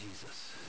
Jesus